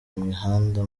imihanda